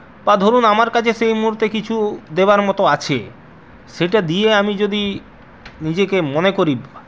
বা ধরুন আমার কাছে সেই মুহূর্তে কিছু দেওয়ার মত আছে সেটা দিয়ে আমি যদি নিজেকে মনে করি